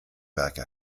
werke